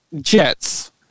jets